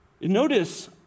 Notice